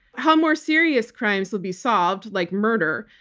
how more serious crimes will be solved, like murder,